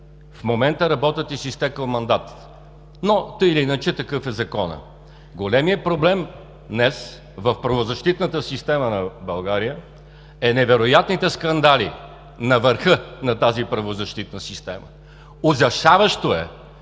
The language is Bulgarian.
в момента работят и с изтекъл мандат, но, тъй или иначе, такъв е законът. Големият проблем днес в правозащитната система на България са невероятните скандали на върха на тази правозащитна система. Ужасяващо е,